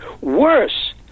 Worse